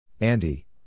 Andy